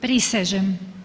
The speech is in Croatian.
Prisežem.